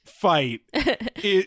fight